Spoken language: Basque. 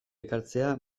ekartzea